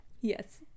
Yes